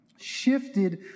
shifted